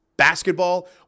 basketball